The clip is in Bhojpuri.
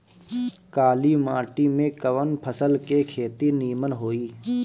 काली माटी में कवन फसल के खेती नीमन होई?